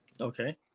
Okay